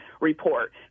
report